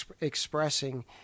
expressing